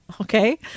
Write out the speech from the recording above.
okay